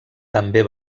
també